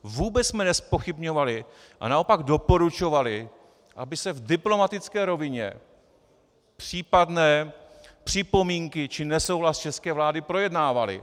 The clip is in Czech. Vůbec jsme nezpochybňovali, a naopak doporučovali, aby se v diplomatické rovině případné připomínky či nesouhlas české vlády projednávaly.